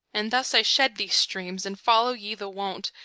and thus i shed these streams, and follow ye the wont,